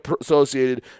associated